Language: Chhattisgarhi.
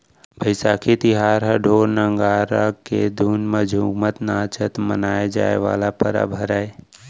बइसाखी तिहार ह ढोर, नंगारा के धुन म झुमत नाचत मनाए जाए वाला परब हरय